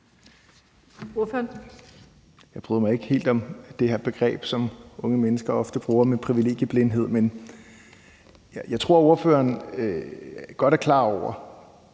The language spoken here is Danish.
(EL): Jeg bryder mig ikke helt om det her begreb, som unge mennesker ofte bruger om privilegieblindhed, men jeg tror, at ordføreren godt er klar over,